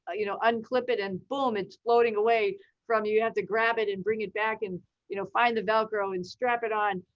ah you know unclip it and boom it's floating away from you, you have to grab it and bring it back, and you know find the velcro and strap it on.